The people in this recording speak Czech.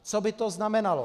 Co by to znamenalo?